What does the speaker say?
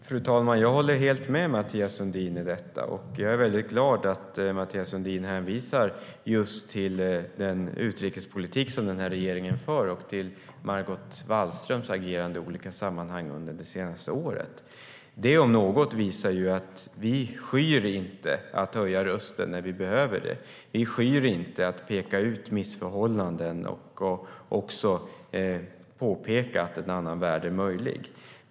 Fru talman! Jag håller helt med Mathias Sundin. Jag är väldigt glad över att han hänvisar just till den utrikespolitik som den här regeringen för och till Margot Wallströms agerande i olika sammanhang under det senaste året. Det om något visar att vi inte skyr att höja rösten när det behövs. Vi skyr inte att peka ut missförhållanden och visa att en annan värld är möjlig.